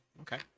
Okay